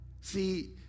See